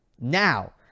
Now